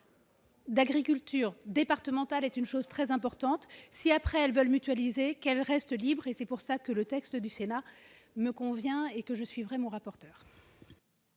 D'agriculture départementale est une chose très importante si après, elles veulent mutualiser qu'elle reste libre et c'est pour ça que le texte du Sénat me convient et que je suis vraiment rapporte.